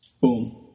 boom